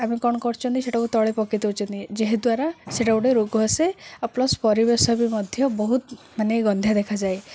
ଆମେ କ'ଣ କରୁଛନ୍ତି ସେଇଟାକୁ ତଳେ ପକାଇ ଦଉଛନ୍ତି ଯାହାଦ୍ୱାରା ସେଇଟା ଗୋଟେ ରୋଗ ଆସେ ଆଉ ପ୍ଲସ୍ ପରିବେଶ ବି ମଧ୍ୟ ବହୁତ ମାନେ ଗନ୍ଧିଆ ଦେଖାଯାଏ